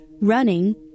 running